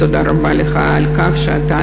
תודה רבה לך על כך שאתה